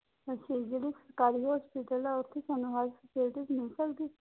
ਅੱਛਾ ਜੀ ਜਿਹੜੇ ਸਰਕਾਰੀ ਹੋਸਪਿਟਲ ਆ ਉੱਥੇ ਸਾਨੂੰ ਹਰ ਸਹੂਲਤ ਮਿਲ ਸਕਦੀ